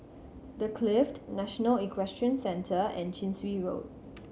The Clift National Equestrian Centre and Chin Swee Road